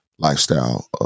lifestyle